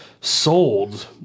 sold